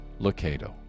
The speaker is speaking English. Locato